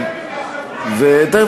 תסכם,